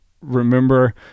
remember